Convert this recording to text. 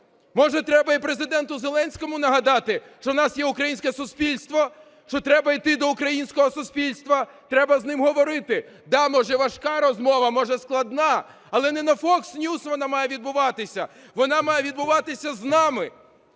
Може, треба і Президенту Зеленському нагадати, що у нас є українське суспільство, що треба йти до українського суспільства, треба з ним говорити. Да, може, важка розмова, може, складна, але не на Fox News вона має відбуватись, вона має відбуватися з нами.